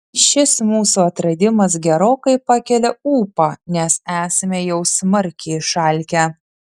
šis mūsų atradimas gerokai pakelia ūpą nes esame jau smarkiai išalkę